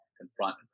confront